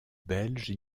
belge